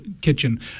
kitchen